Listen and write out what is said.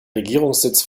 regierungssitz